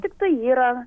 tiktai yra